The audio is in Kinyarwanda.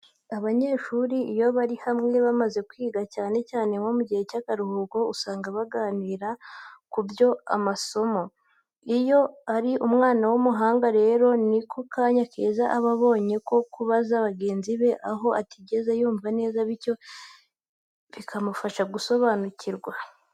Abanyeshuri iyo bari hamwe bamaze kwiga, cyane cyane nko mu gihe cy'akaruhuko, usanga baganira ku buryo amasomo yari ameze. Iyo ari umwana w'umuhanga rero ni ko kanya keza aba abonye ko kubaza bagenzi be aho atigeze yumva neza bityo bakamusobanurira.